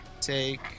take